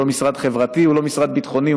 הוא לא משרד חברתי והוא לא משרד ביטחוני,